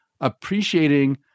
appreciating